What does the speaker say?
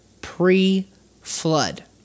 pre-flood